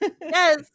Yes